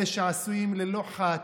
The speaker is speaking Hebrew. אלה שעשויים ללא חת,